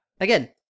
Again